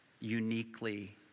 uniquely